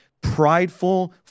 prideful